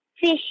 fish